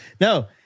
No